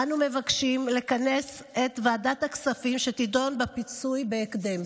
אנו מבקשים לכנס את ועדת הכספים לדון בפיצוי בהקדם.